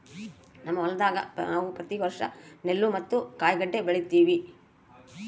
ನಮ್ಮ ಹೊಲದಾಗ ನಾವು ಪ್ರತಿ ವರ್ಷ ನೆಲ್ಲು ಮತ್ತೆ ಕಾಯಿಗಡ್ಡೆ ಬೆಳಿತಿವಿ